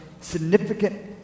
significant